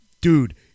Dude